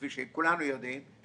כפי שכולנו יודעים,